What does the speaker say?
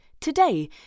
today